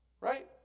Right